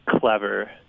clever